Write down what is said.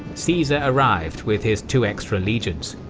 caesar arrived with his two extra legions.